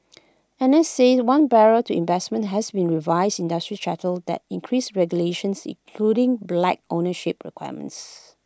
analysts say one barrier to investment has been A revised industry charter that increases regulations including black ownership requirements